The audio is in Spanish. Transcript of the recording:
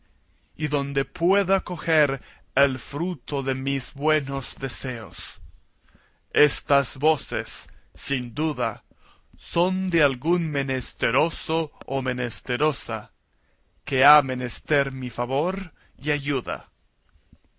y donde pueda coger el fruto de mis buenos deseos estas voces sin duda son de algún menesteroso o menesterosa que ha menester mi favor y ayuda